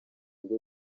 bwo